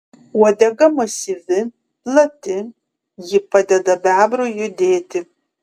uodega masyvi plati ji padeda bebrui judėti